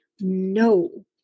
no